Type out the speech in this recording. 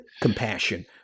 compassion